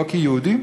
לא כיהודים,